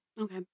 Okay